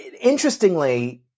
interestingly